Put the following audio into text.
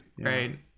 right